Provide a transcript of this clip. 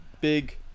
big